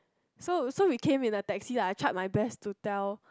so so we came with the taxi lah I tried my best to tell